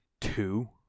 Two